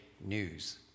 news